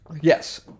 Yes